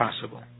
possible